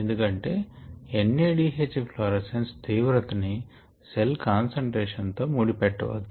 ఎందుకంటే N A D H fluorescence తీవ్రత ని సెల్ కాన్సన్ ట్రేషన్ తో ముడిపెట్టవచ్చు